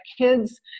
kids